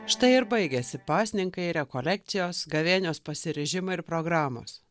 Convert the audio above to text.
štai ir baigėsi pasninkai rekolekcijos gavėnios pasiryžimai ir programos